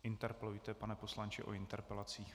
Interpelujte, pane poslanče, o interpelacích.